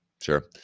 Sure